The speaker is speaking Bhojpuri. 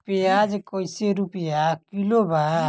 प्याज कइसे रुपया किलो बा?